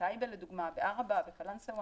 בטייבה לדוגמא, בעראבה, בקלנסווה,